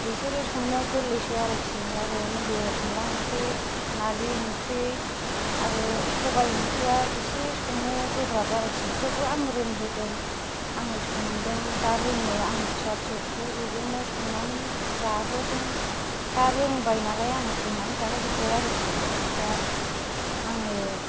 बिसोरो संनो गोरैसो आरोखि आरो नैबो अनला ओंख्रि नारजि ओंख्रि संबाय ओंख्रिया एसे संनो गोब्राब आरोखि थेवबो आं रोबोदो आं संदों आङो दा रोङो फिसा फिसौखौ बिदिनो संनानै जाहोदों दा रोंबाय नालाय संनानै जाहो जोबबाय आरोखि दा आङो